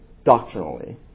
Doctrinally